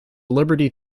liberty